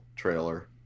trailer